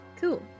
Cool